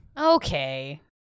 Okay